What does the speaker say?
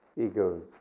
Egos